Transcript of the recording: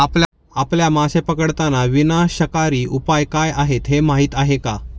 आपल्या मासे पकडताना विनाशकारी उपाय काय आहेत हे माहीत आहे का?